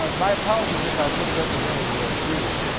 um my apologies if i've misrepresented your views.